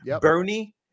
Bernie